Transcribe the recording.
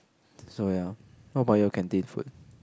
so ya how about your canteen food